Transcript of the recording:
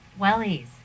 wellies